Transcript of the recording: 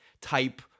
type